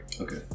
Okay